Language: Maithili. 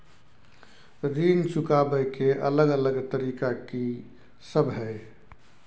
ऋण चुकाबय के अलग अलग तरीका की सब हय?